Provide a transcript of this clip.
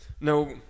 No